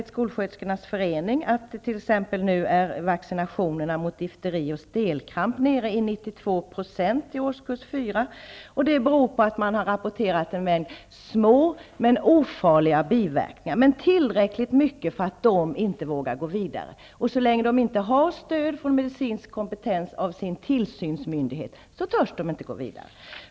Skolsköterskornas förening har t.ex. meddelat att endast 92 % av eleverna i årskurs fyra vaccineras mot difteri och stelkramp, vilket skulle bero på att en mängd små men ofarliga biverkningar har rapporterats. Men det är tillräckligt för att de inte skall våga gå vidare. Så länge de inte har stöd för medicinsk kompetens av sin tillsynsmyndighet törs de inte gå vidare.